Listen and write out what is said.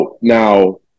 now